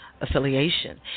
Affiliation